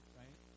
right